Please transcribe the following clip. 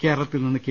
കേര ളത്തിൽനിന്ന് കെ